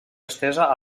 estesa